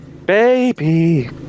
Baby